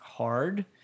hard